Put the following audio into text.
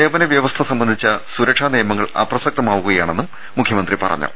സേവന വൃവസ്ഥ സംബന്ധിച്ച സുരക്ഷാ നിയമങ്ങൾ അപ്രസക്തമാ വുകയാണെന്നും മുഖ്യമന്ത്രി പറഞ്ഞു